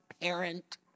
parent